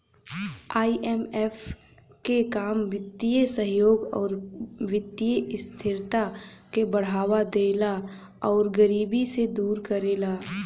IMF क काम वित्तीय सहयोग आउर वित्तीय स्थिरता क बढ़ावा देला आउर गरीबी के दूर करेला